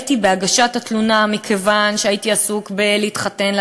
השתהיתי בהגשת התלונה מכיוון שהייתי עסוק בלהתחתן,